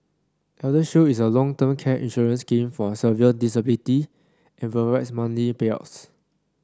elder shield is a long term care insurance scheme for severe disability and provides monthly payouts